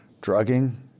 drugging